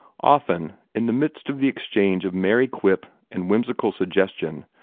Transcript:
often, in the midst of the exchange of merry quip and whimsical suggestion,